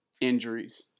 injuries